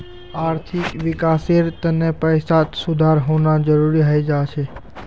आर्थिक विकासेर तने पैसात सुधार होना जरुरी हय जा छे